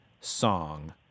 song